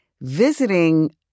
visiting